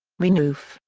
renouf,